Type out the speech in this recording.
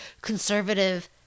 conservative